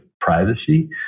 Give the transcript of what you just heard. privacy